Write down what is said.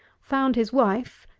found his wife,